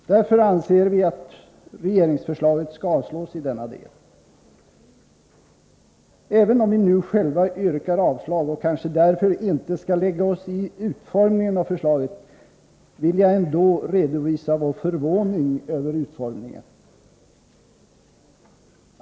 Vi anser därför att regeringsförslaget skall avslås i denna del. Även om vi nu själva yrkar avslag och kanske därför inte skall lägga oss i utformningen av förslaget, vill jag ändå redovisa vår förvåning över utformningen.